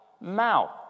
Mouth